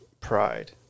pride